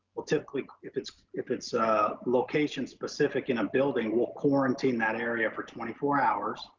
we'll typically, if it's if it's a location specific in a building, we'll quarantine that area for twenty four hours,